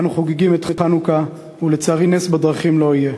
אנו חוגגים את חנוכה, ולצערי נס בדרכים לא יהיה.